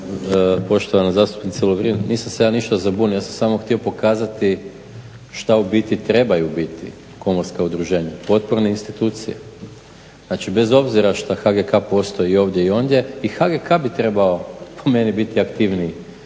lijepa. Poštovana zastupnice Lovrin, nisam se ja ništa zabunio, ja sam samo htio pokazati šta u biti trebaju biti komorska udruženja. Potporne institucije. Znači bez obzira što HGK postoji i ovdje i ondje i HGK bi trebao po meni biti aktivniji